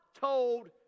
told